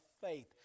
faith